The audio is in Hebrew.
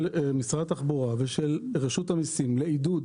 המודל של משרד התחבורה ושל רשות המיסים לעידוד